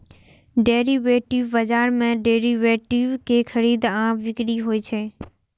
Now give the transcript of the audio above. derivative बाजार मे derivative के खरीद आ बिक्री होइ छै